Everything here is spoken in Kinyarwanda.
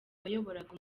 wayoboraga